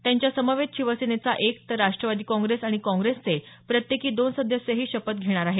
त्यांच्या समवेत शिवसेनेचा एक तर राष्ट्रवादी काँग्रेस काँग्रेसचे प्रत्येकी दोन सदस्यही शपथ घेणार आहेत